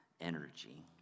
energy